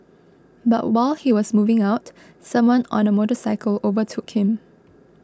but while he was moving out someone on a motorcycle overtook him